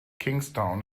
kingstown